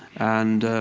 and